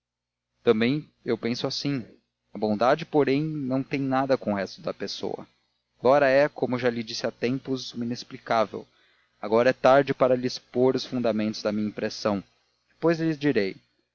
também eu penso assim a bondade porém não tem nada com o resto da pessoa flora é como já lhe disse há tempos uma inexplicável agora é tarde para lhe expor os fundamentos da minha impressão depois lhe direi